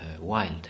wild